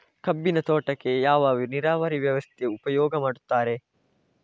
ಕಬ್ಬಿನ ತೋಟಕ್ಕೆ ಯಾವ ನೀರಾವರಿ ವ್ಯವಸ್ಥೆ ಉಪಯೋಗ ಮಾಡುತ್ತಾರೆ?